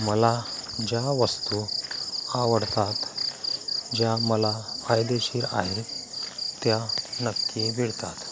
मला ज्या वस्तू आवडतात ज्या मला फायदेशीर आहे त्या नक्की मिळतात